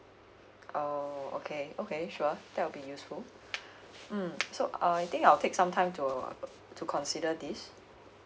oh okay okay sure that will be useful mm so uh I think I'll take some time to to consider this